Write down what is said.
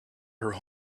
her